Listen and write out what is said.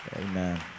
Amen